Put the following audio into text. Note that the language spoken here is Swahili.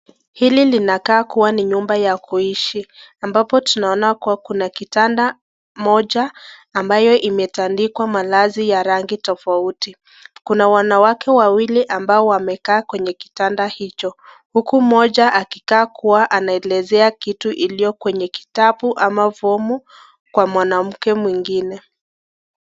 Hili linakaa kuwa ni nyumba ya kuishi ambapo tunaona kuwa kuna kitanda moja ambayo imetandikwa malazi ya rangi tofauti, kuna wanawake wawili ambao wamekaa kwenye kitanda hicho, huku mmoja akikaa kuwa anaelezea kitu iliyo kwenye kitabu au fomu kwa mwanamke mwingine.